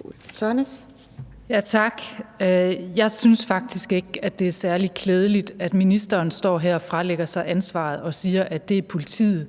Ulla Tørnæs (V): Tak. Jeg synes faktisk ikke, det er særlig klædeligt, at ministeren står her og fralægger sig ansvaret og siger, at det er politiet,